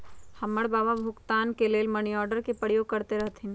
हमर बबा भुगतान के लेल मनीआर्डरे के प्रयोग करैत रहथिन